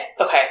Okay